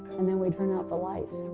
and then we turned out the lights.